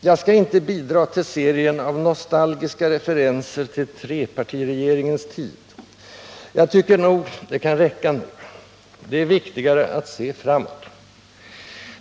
Jag skall inte bidra till serien av nostalgiska referenser till ”trepartiregeringens tid” —jag tycker nog att det kan räcka nu. Det är viktigare att se framåt.